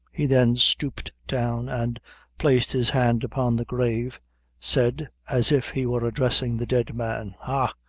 he then stooped down, and placed his hand upon the grave said, as if he were addressing the dead man ha!